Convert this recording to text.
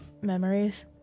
memories